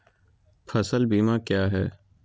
फ़सल बीमा क्या है?